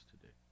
today